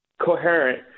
coherent